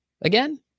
again